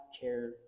care